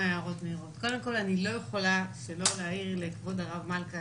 קודם כול, אני לא יכולה שלא להעיר לכבוד הרב מלכא